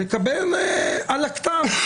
לקבל על הכתב,